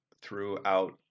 throughout